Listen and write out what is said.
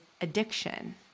addiction